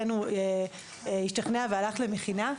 הוא השתכנע והלך למכינה.